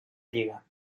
lliga